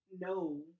no